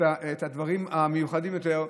את הדברים המיוחדים יותר.